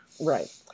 Right